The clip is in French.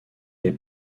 les